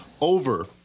over